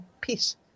peace